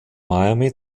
miami